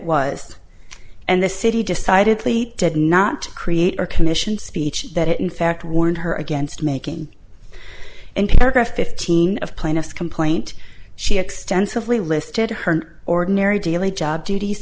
was and the city decidedly did not create or commission speech that it in fact warned her against making and paragraph fifteen of plaintiff's complaint she extensively listed her ordinary daily job duties